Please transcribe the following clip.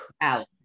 out